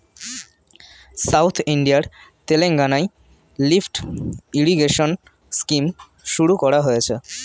south ইন্ডিয়ার তেলেঙ্গানায় lift irrigation scheme শুরু করা হয়েছে